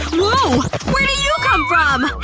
whoa! where did you come from!